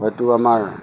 হয়তো আমাৰ